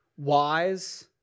Wise